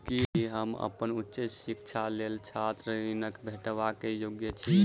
की हम अप्पन उच्च शिक्षाक लेल छात्र ऋणक भेटबाक योग्य छी?